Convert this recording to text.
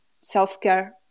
self-care